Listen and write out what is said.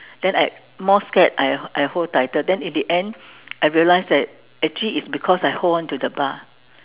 then I more scared I I hold tighter then in the end I realised that actually it's because I hold on to the bar